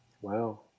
wow